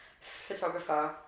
photographer